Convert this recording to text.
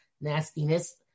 nastiness